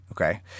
Okay